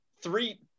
three